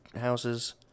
houses